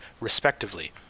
respectively